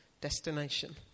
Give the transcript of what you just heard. destination